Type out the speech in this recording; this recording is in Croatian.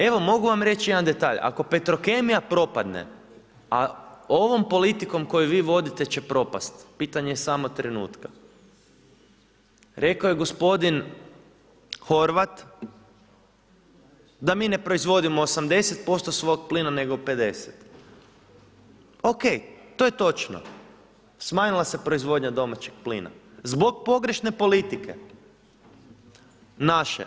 Evo mogu vam reći jedan detalj, ako Petrokemija propadne, a ovom politikom koju vi vodite će propast, pitanje je samo trenutka, rekao je gospodin Horvat da mi ne proizvodimo 80% svog plina nego 50, ok to je točno, smanjila se proizvodnja domaćeg plina zbog pogrešne politike naše.